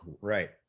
right